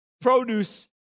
produce